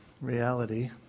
reality